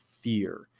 fear